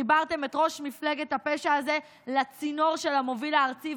חיברתם את ראש מפלגת הפשע הזה לצינור של המוביל הארצי,